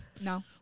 No